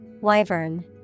Wyvern